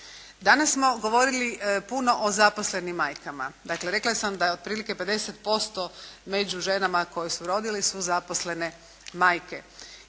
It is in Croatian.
Danas smo govorili puno o zaposlenim majkama. Dakle rekla sam da je otprilike 50% među ženama koje su rodile su zaposlene majke.